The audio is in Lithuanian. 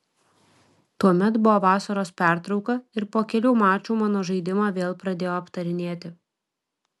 tuomet buvo vasaros pertrauka ir po kelių mačų mano žaidimą vėl pradėjo aptarinėti